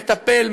מטפל,